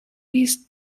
his